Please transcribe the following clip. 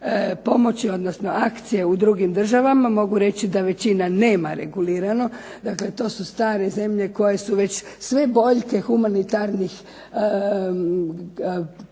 pomoći odnosno akcije u drugim državama. Mogu reći da većina nema regulirano, dakle to su stare zemlje koje su već sve boljke humanitarnih problema